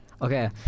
Okay